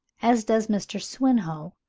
as does mr. swinhoe,